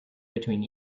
between